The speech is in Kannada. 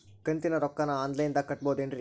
ಕಂತಿನ ರೊಕ್ಕನ ಆನ್ಲೈನ್ ದಾಗ ಕಟ್ಟಬಹುದೇನ್ರಿ?